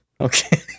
Okay